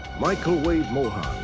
michael wayde mohon,